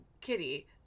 Kitty